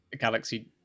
Galaxy